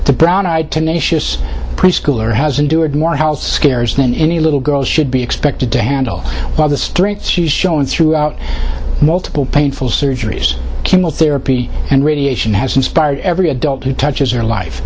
the brown eyed tenacious preschooler has endured more health scares than any little girl should be expected to handle all the strengths she's shown throughout multiple painful surgeries chemotherapy and radiation has inspired every adult who touches her life